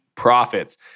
profits